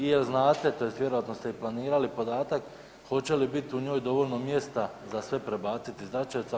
I jel' znate tj. vjerojatno ste i planirali podatak hoće li biti u njoj dovoljno mjesta za sve prebaciti iz Dračevca?